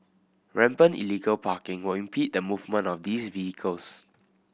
rampant illegal parking will impede the movement of these vehicles